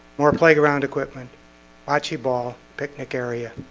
more playground equipment bocce ball picnic area.